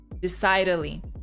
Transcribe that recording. decidedly